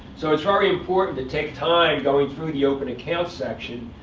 so it's very important to take time, going through the open accounts section,